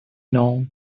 know